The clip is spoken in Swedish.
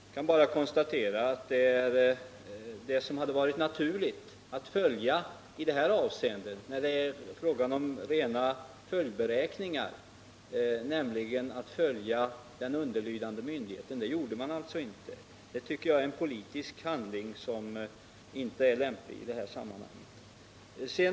Jag kan bara konstatera att vad som hade varit naturligt i det här avseendet, när det är fråga om rena följdberäkningar, nämligen att följa den underlydande myndigheten, det gjorde man alltså inte. Det tycker jag är en politisk handling som inte är lämplig i det här sammanhanget.